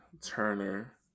Turner